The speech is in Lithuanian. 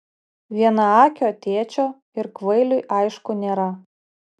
vienaakio tėčio ir kvailiui aišku nėra